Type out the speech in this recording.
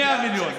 100 מיליון,